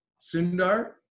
Sundar